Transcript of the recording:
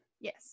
Yes